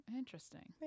interesting